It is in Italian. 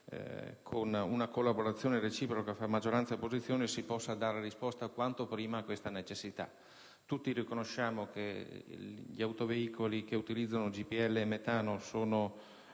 una collaborazione tra maggioranza ed opposizione, si possa dare una risposta quanto prima a questa necessità. Tutti riconosciamo che gli autoveicoli che utilizzano GPL e metano hanno